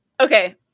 Okay